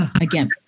again